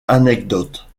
anecdote